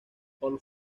por